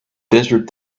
desert